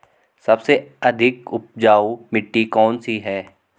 सबसे अधिक उपजाऊ मिट्टी कौन सी है?